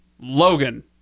Logan